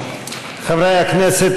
חברי הכנסת,